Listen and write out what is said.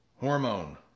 Hormone